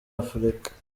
afurika